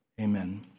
Amen